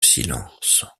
silence